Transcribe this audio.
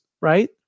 right